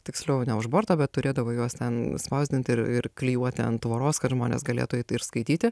tiksliau ne už borto bet turėdavai juos ten spausdinti ir ir klijuoti ant tvoros kad žmonės galėtų eit ir skaityti